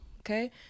okay